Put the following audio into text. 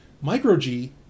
Micro-G